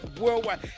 worldwide